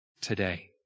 today